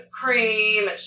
cream